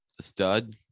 Stud